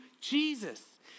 Jesus